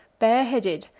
bareheaded,